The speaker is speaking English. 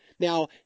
Now